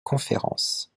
conférence